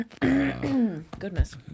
Goodness